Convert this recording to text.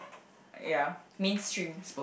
ya mainstream